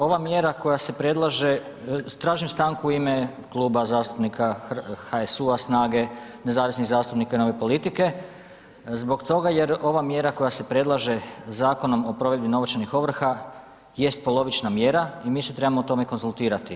Ova mjera koja se predlaže, tražim stanku u ime Kluba zastupnika HSU-a, SNAGE, nezavisnih zastupnik, Nove politike, zbog toga jer ova mjera koja se predlaže Zakonom o provedbi novčanih ovrha jest polovična mjera i mi se trebamo o tome konzultirati.